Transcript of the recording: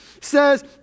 says